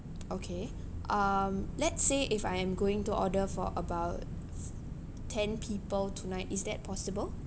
okay um let's say if I am going to order for about ten people tonight is that possible